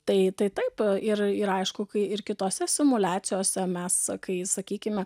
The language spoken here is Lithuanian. tai tai taip ir ir aišku kai ir kitose simuliacijose mes kai sakykime